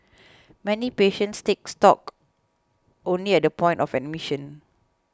many patients take stock only at the point of admission